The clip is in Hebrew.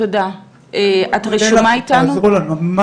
תעזרו לנו.